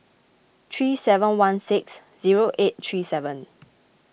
three seven one six zero eight three seven